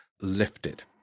lifted